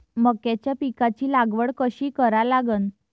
मक्याच्या पिकाची लागवड कशी करा लागन?